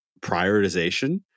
prioritization